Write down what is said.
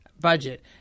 budget